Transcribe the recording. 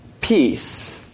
peace